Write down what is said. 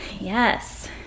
Yes